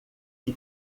que